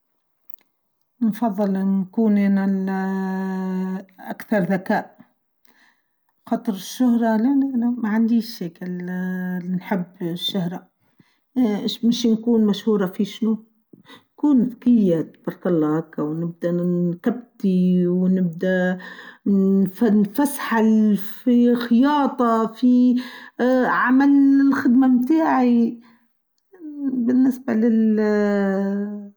نفظل أنا نكون ااااا أكثر ذكاء خاطر الشهره لا لا لا ماعنديش هيكا نحب الللل الشهره إيش بيش نكون ماشهوره في شنو نكون بكيله باركه الله هاكا و و نبدأ نتبتي و نبدأ نفسحل في خياطه في عمل الخدمه تاعي بالنسبه ل اااااا.